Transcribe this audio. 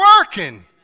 working